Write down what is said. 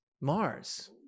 Mars